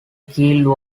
keel